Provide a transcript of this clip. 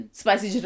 spicy